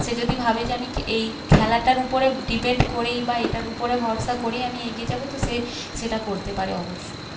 সে যদি ভাবে যে আমি কে এই খেলাটার উপরে ডিপেন্ড করেই বা এটার উপরে ভরসা করেই আমি এগিয়ে যাব তো সে সেটা করতে পারে অবশ্যই